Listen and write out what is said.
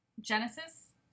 Genesis